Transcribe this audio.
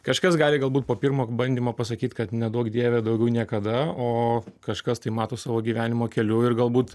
kažkas gali galbūt po pirmo bandymo pasakyt kad neduok dieve daugiau niekada o kažkas tai mato savo gyvenimo keliu ir galbūt